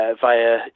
via